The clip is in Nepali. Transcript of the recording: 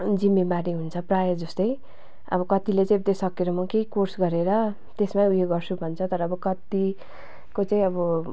जिम्मेवारी हुन्छ प्रायः जस्तै अब कत्तिले चाहिँ त्यो सकेर म केही कोर्स गरेर त्यसमै उयो गर्छु भन्छ तर अब कत्तिको चाहिँ अब